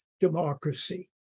democracy